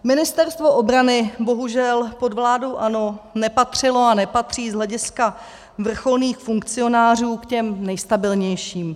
Ministerstvo obrany bohužel pod vládou ANO nepatřilo a nepatří z hlediska vrcholných funkcionářů k těm nejstabilnějším.